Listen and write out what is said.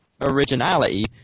originality